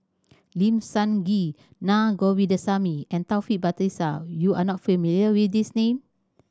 Lim Sun Gee Naa Govindasamy and Taufik Batisah you are not familiar with these name